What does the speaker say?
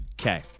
Okay